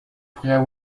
pourraient